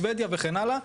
שוודיה וכן הלאה,